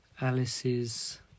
Alice's